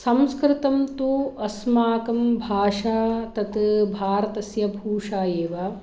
संस्कृतं तु अस्माकं भाषा तत् भारतस्य भूषा एव